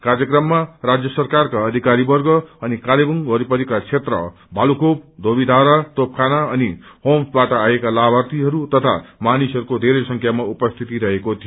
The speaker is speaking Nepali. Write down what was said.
कार्यक्रममा राजय सरकारको अधिकारी वर्ग नि कालेवुङ वरिपरिका क्षेत्र भालुखेप वोबीघारा तोपखाना अनि होम्स बाट आएका लाभार्यी तथा मानिसहरूको बेरै संख्यामा उपसित रहेको थियो